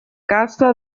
casa